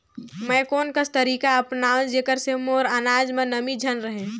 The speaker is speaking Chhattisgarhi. मैं कोन कस तरीका अपनाओं जेकर से मोर अनाज म नमी झन रहे?